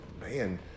man